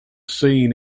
seen